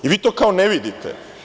I vi to kao ne vidite?